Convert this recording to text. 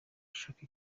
ashaka